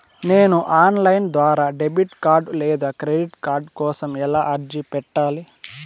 నేను online ద్వారా debit card లేదా క్రెడిట్ కార్డు కోసం ఎలా అర్జీ పెట్టాలి?